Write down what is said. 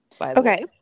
Okay